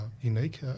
unique